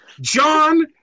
John